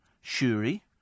shuri